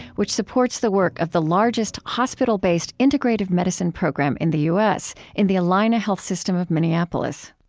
which supports the work of the largest hospital-based integrative medicine program in the u s, in the allina health system of minneapolis.